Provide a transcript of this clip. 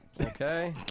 Okay